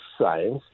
science